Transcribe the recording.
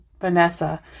Vanessa